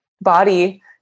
body